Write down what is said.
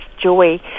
joy